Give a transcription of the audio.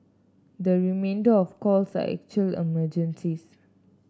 the remainder of calls are actual emergencies